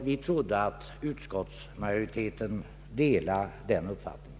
Vi trodde att utskottsmajoriteten delade den uppfattningen.